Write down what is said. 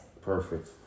Perfect